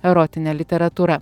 erotine literatūra